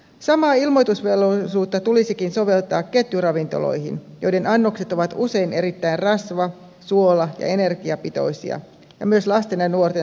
samaa ilmoitusvelvollisuutta tulisikin soveltaa ketjuravintoloihin joiden annokset ovat usein erittäin rasva suola ja energiapitoisia ja myös lasten ja nuorten suosiossa